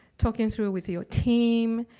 talking through with your team.